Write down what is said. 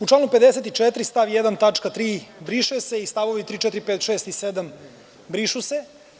U članu 54. stav 1. tačka 3) briše se i st. 3, 4, 5, 6. i 7. brišu se.